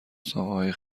ساقههای